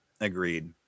Agreed